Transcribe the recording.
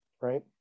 right